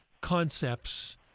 concepts